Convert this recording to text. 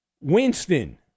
Winston